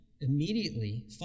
immediately